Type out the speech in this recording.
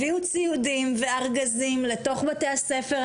הביאו ציודים וארגזים לתוך בתי הספר.